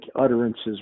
utterances